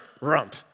rump